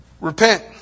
Repent